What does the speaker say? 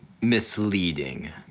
misleading